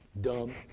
dumb